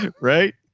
right